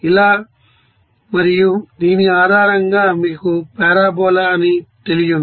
ఇలా మరియు దీని ఆధారంగా మీకు పారాబొలా అని తెలియును